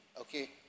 Okay